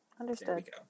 Understood